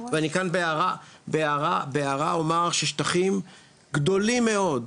ואני כאן בהערה אומר ששטחים גדולים מאוד,